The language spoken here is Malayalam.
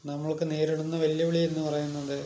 നമു ക്ക് നേരിടുന്ന വെല്ലു വിളിയെന്നു പറയുന്നത്